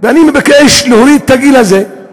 ואני מבקש להוריד את הגיל הזה,